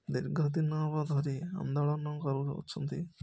ଦୀର୍ଘଦିନ ହେବ ଧରି ଆନ୍ଦୋଳନ କରୁଅଛନ୍ତି